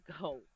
go